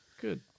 good